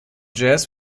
jazz